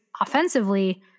offensively